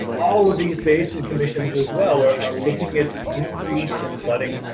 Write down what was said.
all of these basin commissions as well are are looking at the increase in flooding,